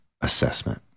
assessment